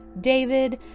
david